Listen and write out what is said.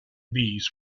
bees